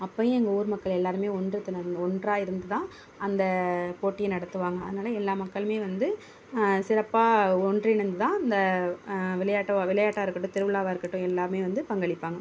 அப்பயும் எங்கள் ஊர் மக்கள் எல்லோருமே ஒன்று ஒன்றாக இருந்துதான் அந்த போட்டியை நடத்துவாங்க அதனால் எல்லா மக்களுமே வந்து சிறப்பாக ஒன்றிணைந்து தான் இந்த விளையாட்டு விளையாட்டாக இருக்கட்டும் திருவிழாவாக இருக்கட்டும் எல்லோருமே வந்து பங்களிப்பாங்க